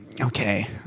okay